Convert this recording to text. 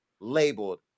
labeled